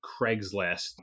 Craigslist